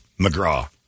McGraw